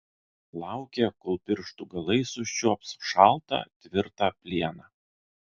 laukė kol pirštų galais užčiuops šaltą tvirtą plieną